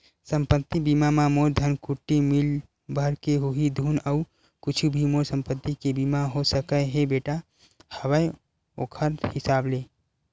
संपत्ति बीमा म मोर धनकुट्टी मील भर के होही धुन अउ कुछु भी मोर संपत्ति के बीमा हो सकत हे बेटा हवय ओखर हिसाब ले?